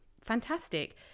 Fantastic